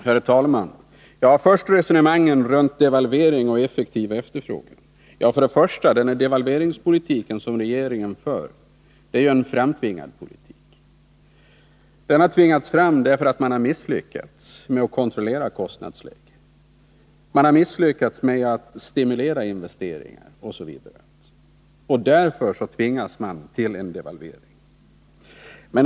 Herr talman! Först resonemangen kring devalvering och effektiv efterfrågan. Den devalveringspolitik som regeringen för är en framtvingad politik. Den har tvingats fram, därför att man har misslyckats med att kontrollera kostnadsläget, därför att man har misslyckats med att stimulera investeringarna, osv. Därför tvingas man till en devalvering.